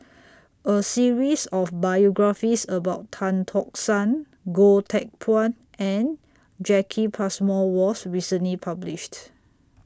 A series of biographies about Tan Tock San Goh Teck Phuan and Jacki Passmore was recently published